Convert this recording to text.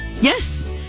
Yes